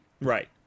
Right